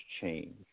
change